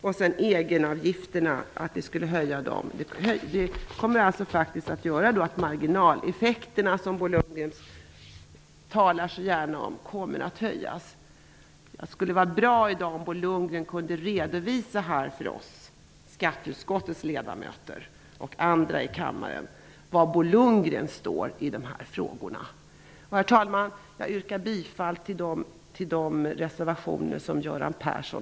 Det faktum att egenavgifterna höjs kommer att innebära att de marginaleffekter som Bo Lundgren så gärna talar om kommer att höjas. Jag skulle vara glad om Bo Lundgren kunde redovisa för skatteutskottets ledamöter och andra ledamöter i denna kammare var Bo Lundgren står i dessa frågor. Herr talman! Jag yrkar bifall till samma reservationer som Göran Person.